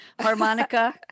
harmonica